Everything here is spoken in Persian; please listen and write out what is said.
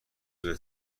روی